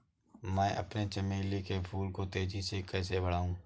मैं अपने चमेली के फूल को तेजी से कैसे बढाऊं?